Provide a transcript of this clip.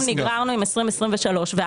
היום נגררנו עם 2023. על 23' אין לנו ויכוח.